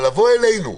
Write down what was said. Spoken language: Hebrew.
אבל להגיד לנו: